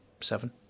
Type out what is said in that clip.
seven